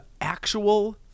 actual